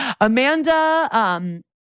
Amanda